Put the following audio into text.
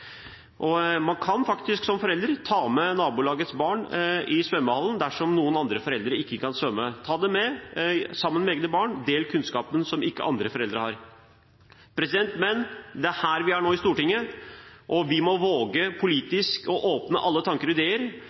Og man kan faktisk som foreldre ta med nabolagets barn i svømmehallen dersom noen andre foreldre ikke kan svømme. Ta dem med sammen med egne barn, og del kunnskapen som andre foreldre ikke har! Men det er her vi er nå, i Stortinget, og vi må våge politisk å åpne alle tanker og komme med ideer for videre arbeid nå i